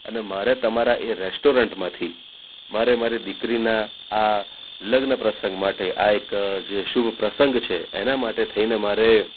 અને મારે તમારા એ રેસ્ટોરંટમાંથી મારે મારી દીકરીના આ લગ્ન પ્રસંગ માટે આ એક જે શુભ પ્રસંગ છે એના માટે થઈને મારે